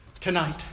Tonight